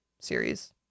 series